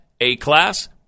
A-Class